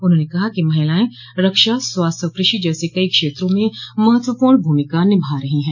उन्होंने कहा कि महिलाएं रक्षा स्वास्थ्य और क्रषि जैसे कई क्षेत्रों में महत्वपूर्ण भूमिका निभा रही हैं